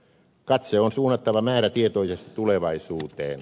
katse on suunnattava määrätietoisesti tulevaisuuteen